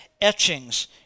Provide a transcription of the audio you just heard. etchings